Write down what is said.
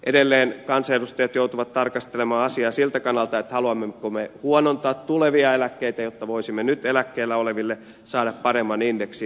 edelleen kansanedustajat joutuvat tarkastelemaan asiaa siltä kannalta haluammeko me huonontaa tulevia eläkkeitä jotta voisimme nyt eläkkeellä oleville saada paremman indeksin